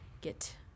get